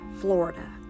Florida